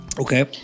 Okay